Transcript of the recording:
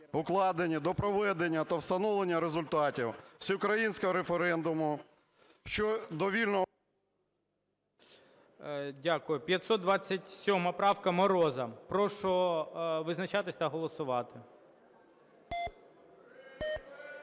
укладені до проведення та встановлення результатів всеукраїнського референдуму щодо…". ГОЛОВУЮЧИЙ. Дякую. 527 правка, Мороза. Прошу визначатись та голосувати.